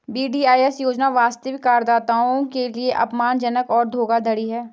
VDIS योजना वास्तविक करदाताओं के लिए अपमानजनक और धोखाधड़ी है